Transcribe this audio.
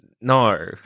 No